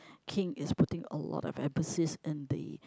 King is putting a lot emphasis in the